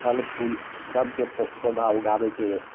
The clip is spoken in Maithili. फल फूल सबके प पौधा उगाबैके